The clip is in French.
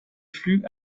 flux